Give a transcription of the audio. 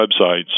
websites